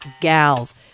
gals